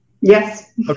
yes